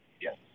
Yes